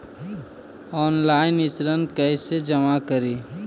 Online ऋण कैसे जमा करी?